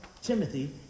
Timothy